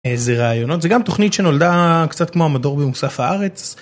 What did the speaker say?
איזה רעיונות זה גם תוכנית שנולדה קצת כמו המדור ממוסף הארץ.